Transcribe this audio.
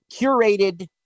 curated